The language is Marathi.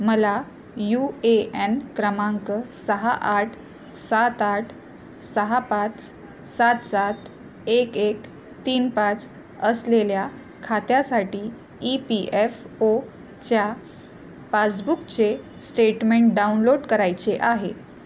मला यू ए एन क्रमांक सहा आठ सात आठ सहा पाच सात सात एक एक तीन पाच असलेल्या खात्यासाठी ई पी एफ ओच्या पासबुकचे स्टेटमेंट डाउनलोड करायचे आहे